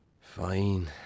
Fine